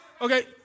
Okay